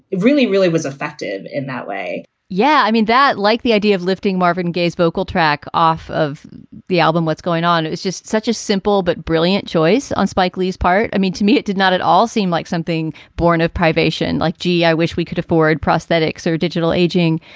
really, really was effective in that way yeah, i mean, that like the idea of lifting marvin gaye's vocal track off of the album, what's going on? it's just such a simple but brilliant choice on spike lee's part. i mean, to me, it did not at all seem like something born of privation, like, gee, i wish we could afford prosthetics or digital aging,